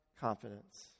confidence